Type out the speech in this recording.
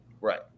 Right